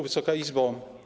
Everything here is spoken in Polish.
Wysoka Izbo!